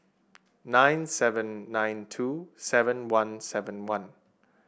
nine seven nine two seven one seven one